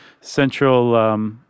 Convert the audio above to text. central